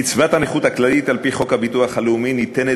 קצבת הנכות הכללית על-פי חוק הביטוח הלאומי ניתנת